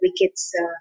wickets